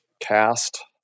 cast